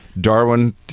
Darwin